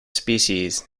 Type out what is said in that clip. species